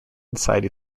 inside